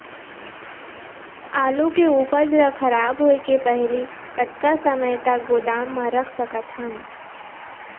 आलू के उपज ला खराब होय के पहली कतका समय तक गोदाम म रख सकत हन?